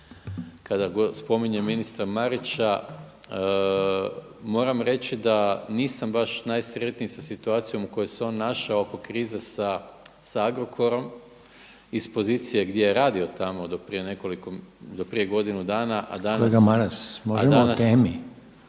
kada spominjem ministra Marića moram reći da nisam baš najsretniji sa situacijom u kojoj se on našao oko krize sa Agrokorom iz pozicije gdje je radio tamo do prije godinu dana. **Reiner, Željko (HDZ)** Kolega Maras možemo o temi?